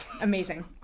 Amazing